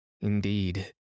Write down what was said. Indeed